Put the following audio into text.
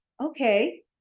Okay